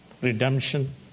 redemption